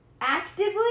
actively